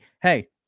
Hey